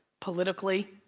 politically,